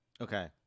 Okay